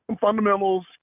fundamentals